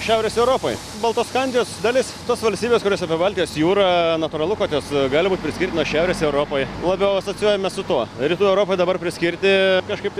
šiaurės europoj baltoskandijos dalis tos valstybės kurios apie baltijos jūrą natūralu kad jos gali būt priskirtinos šiaurės europoj labiau asocijuojamės su tuo rytų europai dabar priskirti kažkaip tai